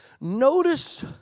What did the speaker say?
Notice